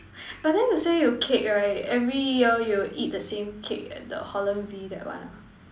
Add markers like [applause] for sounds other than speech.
[breath] but then you say you cake right every year you will eat the same cake at the Holland V that one ah